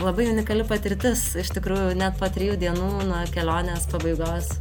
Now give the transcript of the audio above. labai unikali patirtis iš tikrųjų net po trijų dienų kelionės pabaigos